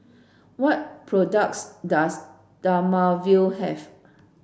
what products does Dermaveen have